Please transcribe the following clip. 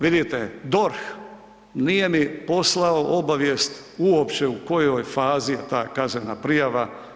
Vidite, DORH nije mi poslao obavijest uopće u kojoj je fazi ta kaznena prijava.